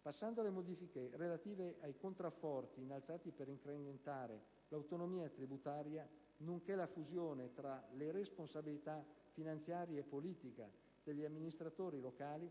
Con riferimento alle modifiche relative ai contrafforti innalzati per incrementare l'autonomia tributaria, nonché la fusione tra le responsabilità finanziaria e politica degli amministratori locali,